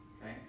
Okay